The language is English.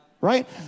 Right